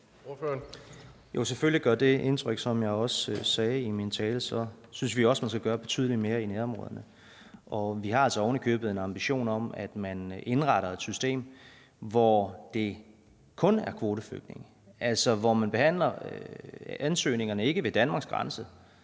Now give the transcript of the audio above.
Selvfølgelig gør det indtryk. Som jeg også sagde i min tale, synes vi også, at man skal gøre betydelig mere i nærområderne. Vi har altså ovenikøbet en ambition om, at man indretter et system, hvor det kun er kvoteflygtninge, altså hvor man ikke behandler ansøgningerne ved Danmarks grænse,